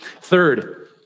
Third